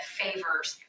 favors